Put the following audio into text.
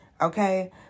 okay